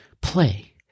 play